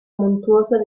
montuosa